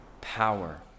power